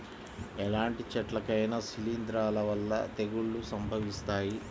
ఎలాంటి చెట్లకైనా శిలీంధ్రాల వల్ల తెగుళ్ళు సంభవిస్తాయి